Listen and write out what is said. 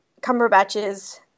Cumberbatch's